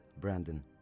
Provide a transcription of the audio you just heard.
Brandon